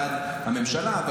ליד הממשלה.